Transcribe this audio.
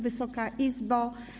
Wysoka Izbo!